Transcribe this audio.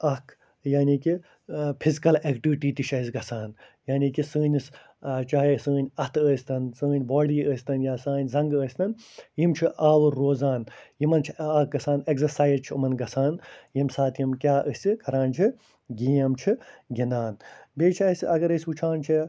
اَکھ یعنی کہِ فِزِکَل اٮ۪کٹِوٹی تہِ چھِ اَسہِ گژھان یعنی کہِ سٲنِس چاہے سٲنۍ اَتھٕ ٲسۍتَن سٲنۍ باڈی ٲسۍتَن یا سانہِ زَنٛگہ ٲسۍتَن یِم چھِ آوُر روزان یِمَن چھِ اَکھ گژھان اٮ۪گزَسایِز چھِ یِمَن گژھان ییٚمہِ ساتہٕ یِم کیٛاہ أسہٕ کران چھِ گیم چھِ گِنٛدان بیٚیہِ چھِ اَسہِ اَگر أسۍ وٕچھان چھِ